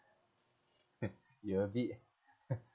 you a bit